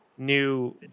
new